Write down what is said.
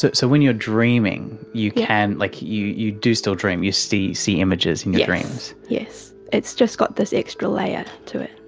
so so when you're dreaming you can, like you you do still dream, you see see images in your dreams. yes, it's just got this extra layer to it.